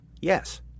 yes